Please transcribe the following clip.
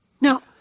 Now